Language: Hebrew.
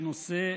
הנושא: